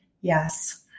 Yes